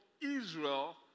Israel